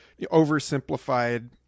oversimplified